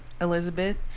Elizabeth